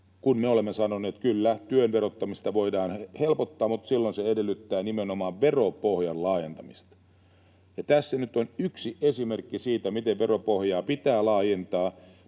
me olemme sanoneet, että kyllä, työn verottamista voidaan helpottaa mutta silloin se edellyttää nimenomaan veropohjan laajentamista. Tässä nyt on yksi esimerkki siitä, miten veropohjaa pitää laajentaa.